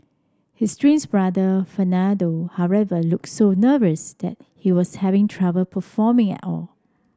his twins brother Fernando however looked so nervous that he was having trouble performing at all